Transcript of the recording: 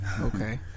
Okay